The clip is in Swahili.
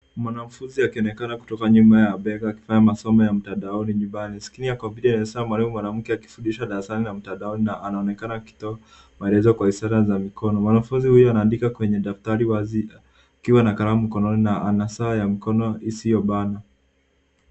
Mwanafunzi akionekana kutoka nyuma ya bega akifanya masomo ya matandaoni nyumbani. Skrini ya kompyuta inaonyesha mwalimu mwanamke akifundisha darasani na mtandaoni na anaonekana akitoa maelezo kwa ishara za mikono. Mwanafunzi huyu anaandika kwenye daftari wazi akiwa na kalamu mkononi na ana saa ya mkono isiyobana.